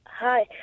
Hi